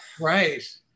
Right